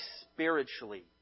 spiritually